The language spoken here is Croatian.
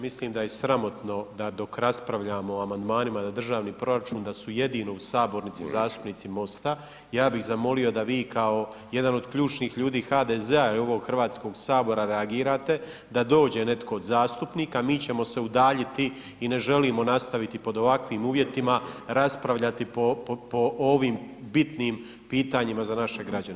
Mislim da je sramotno da dok raspravljamo o amandmanima za državni proračun, da su jedino u sabornici zastupnici MOST-a, ja bi zamolio da vi kao jedan od ključnih ljudi HDZ-a i ovog Hrvatskog sabora reagirate, da dođe netko od zastupnika, mi ćemo se udaljiti i ne želimo nastaviti pod ovakvim uvjetima raspravljati po ovim bitnim pitanjima za naše građane.